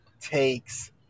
takes